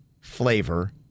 flavor